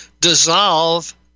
dissolve